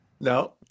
No